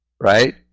right